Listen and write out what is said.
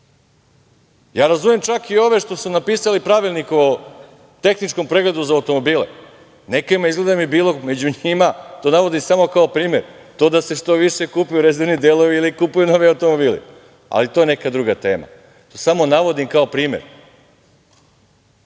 Razumem čak i ove što su napisali Pravilnik o tehničkom pregledu za automobile. Nekima je, izgleda mi, bilo među njima, to navodim samo kao primer, to da se što više kupuju rezervni delovi ili kupuju novi automobili, ali to je neka druga tema. To samo navodim kao primer